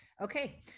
Okay